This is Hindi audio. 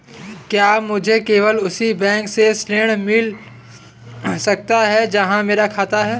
क्या मुझे केवल उसी बैंक से ऋण मिल सकता है जहां मेरा खाता है?